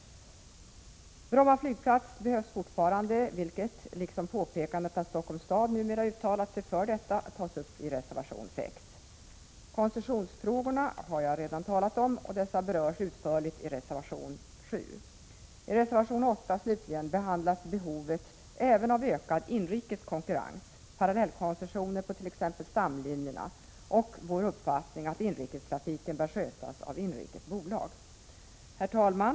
Bromma flygplats behövs fortfarande, vilket liksom påpekandet att Stockholms stad numera uttalat sig för detta, tas upp i reservation 6. Koncessionsfrågorna har jag redan talat om, och dessa berörs utförligt i reservation 7. I reservation 8, slutligen, behandlas behovet även av ökad inrikes konkurrens, parallellkoncessioner på t.ex. stamlinjerna och vår uppfattning att inrikestrafiken bör skötas av inrikes bolag. Herr talman!